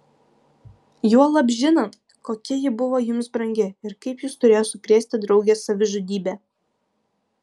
juolab žinant kokia ji buvo jums brangi ir kaip jus turėjo sukrėsti draugės savižudybė